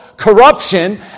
Corruption